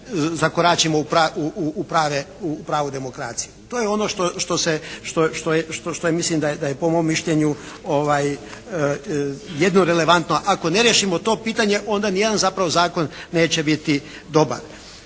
zakoračimo u pravu demokraciju. To je ono što je mislim da je po mom mišljenju jedno relevantno. Ako ne riješimo to pitanje onda ni jedan zapravo zakon neće biti dobar.